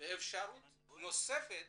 ואפשרות נוספת